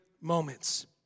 moments